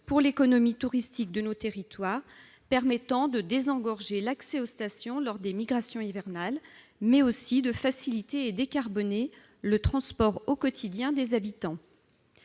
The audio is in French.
pour l'économie touristique de nos territoires, afin de désengorger l'accès aux stations lors des « migrations hivernales », mais aussi de faciliter et décarboner le transport au quotidien des habitants.